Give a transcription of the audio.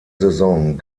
saison